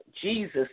Jesus